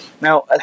Now